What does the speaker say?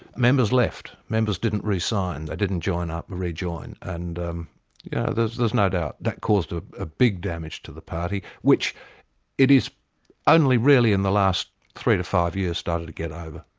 members left, members didn't re-sign, they didn't join up, or re-join. and yeah there's there's no doubt, that caused a ah big damage to the party, which it is only really in the last three to five years, started to get over.